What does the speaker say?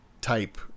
type